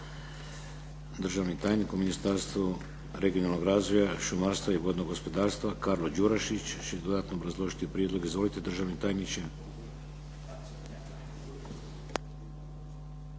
Državni tajnik u Ministarstvu regionalnog razvoja, šumarstva i vodnog gospodarstva Karlo Đurašić će dodatno obrazložiti prijedlog. Izvolite. **Đurašić,